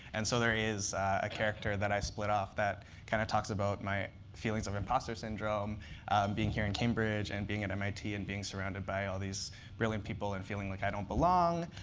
and so there is a character character that i split off that kind of talks about my feelings of imposter syndrome being here in cambridge and being at mit and being surrounded by all these brilliant people and feeling like i don't belong.